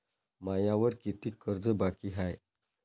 मायावर कितीक कर्ज बाकी हाय?